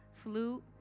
Flute